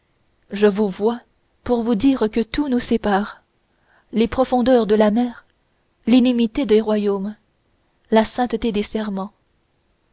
je vous vois pour vous dire que tout nous sépare les profondeurs de la mer l'inimitié des royaumes la sainteté des serments